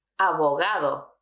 Abogado